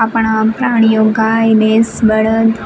આપણા પ્રાણીઓ ગાય ભેંસ બળદ